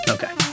Okay